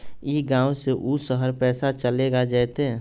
ई गांव से ऊ शहर पैसा चलेगा जयते?